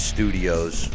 Studios